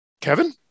Kevin